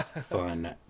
fun